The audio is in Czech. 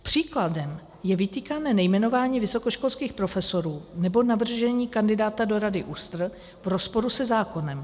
Příkladem je vytýkané nejmenování vysokoškolských profesorů nebo navržení kandidáta do Rady ÚSTR v rozporu se zákonem.